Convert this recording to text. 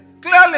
Clearly